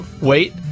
wait